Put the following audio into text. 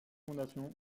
fondation